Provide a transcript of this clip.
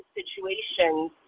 situations